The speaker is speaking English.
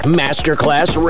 masterclass